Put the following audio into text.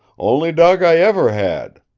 only dawg i ever had.